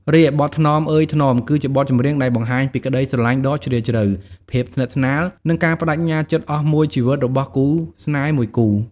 រីឯបទ ថ្នមអើយថ្នម គឺជាបទចម្រៀងដែលបង្ហាញពីក្តីស្រឡាញ់ដ៏ជ្រាលជ្រៅ ភាពស្និទ្ធស្នាល និងការប្តេជ្ញាចិត្តអស់មួយជីវិតរបស់គូស្នេហ៍មួយគូ។